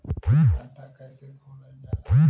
खाता कैसे खोलल जाला?